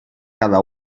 cada